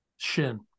Shin